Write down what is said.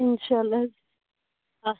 اِنشاء اللہ حَظ